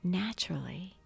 naturally